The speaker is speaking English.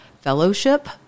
fellowship